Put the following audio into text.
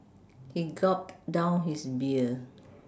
he gulped down his beer